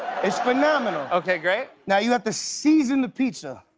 it's phenomenal. okay, great. now, you have to season the pizza.